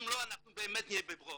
אם לא, אנחנו עוד פעם נהיה בברוך